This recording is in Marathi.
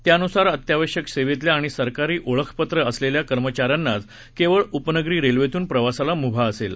त्यानुसार अत्यावश्यक सेवेतल्या आणि सरकारी ओळखपत्र असलेल्या कर्मचाऱ्यांनाच केवळ उपनगरी रेल्वेतून प्रवासाला मुभा असेल